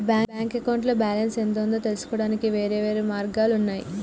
bank అకౌంట్లో balance ఎంత ఉందో తెలుసుకోవడానికి వేర్వేరు మార్గాలు ఉన్నయి